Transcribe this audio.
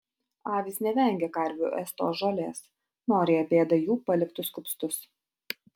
avys nevengia karvių ėstos žolės noriai apėda jų paliktus kupstus